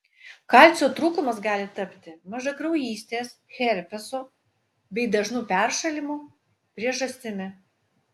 kalcio trūkumas gali tapti ir mažakraujystės herpeso bei dažnų peršalimų priežastimi